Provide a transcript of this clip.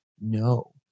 No